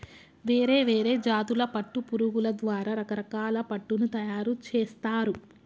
వేరే వేరే జాతుల పట్టు పురుగుల ద్వారా రకరకాల పట్టును తయారుచేస్తారు